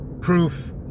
proof